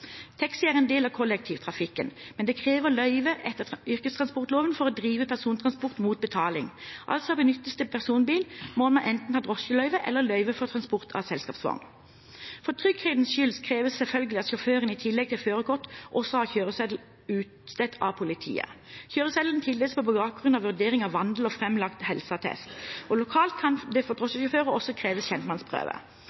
Taxi er en del av kollektivtrafikken, men det kreves løyve etter yrkestransportloven for å drive persontransport mot betaling. Altså: Benyttes det personbil, må man enten ha drosjeløyve eller løyve for transport av selskapsvogn. For trygghetens skyld kreves selvfølgelig at sjåføren i tillegg til førerkort også har kjøreseddel utstedt av politiet. Kjøreseddelen tildeles på bakgrunn av vurdering av vandel og framlagt helseattest, og lokalt kan det for